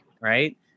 right